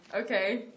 Okay